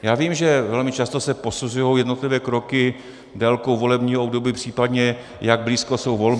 Já vím, že velmi často se posuzují jednotlivé kroky délkou volebního období, případně jak blízko jsou volby.